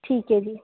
ਠੀਕ ਹੈ ਜੀ